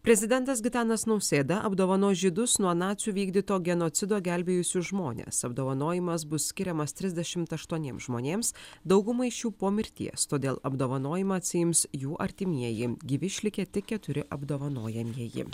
prezidentas gitanas nausėda apdovanos žydus nuo nacių vykdyto genocido gelbėjusius žmones apdovanojimas bus skiriamas trisdešimt aštuoniems žmonėms daugumai šių po mirties todėl apdovanojimą atsiims jų artimieji gyvi išlikę tik keturi apdovanojamieji